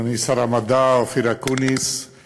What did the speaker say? אדוני שר המדע אופיר אקוניס,